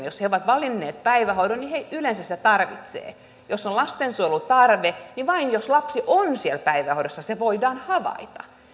jos he ovat valinneet päivähoidon niin he yleensä sitä tarvitsevat jos on lastensuojelun tarve niin vain jos lapsi on siellä päivähoidossa se voidaan havaita